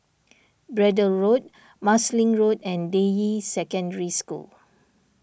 Braddell Road Marsiling Road and Deyi Secondary School